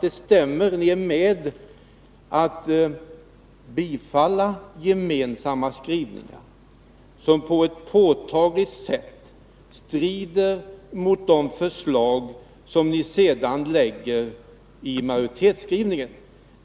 Det stämmer att ni är med på att bifalla gemensamma skrivningar, men de strider på ett påtagligt sätt mot de förslag som ni sedan lägger fram i majoritetsskrivningen.